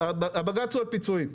העתירה לבג"ץ היא על פיצויים.